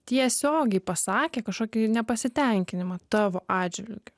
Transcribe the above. tiesiogiai pasakė kažkokį nepasitenkinimą tavo atžvilgiu